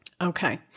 Okay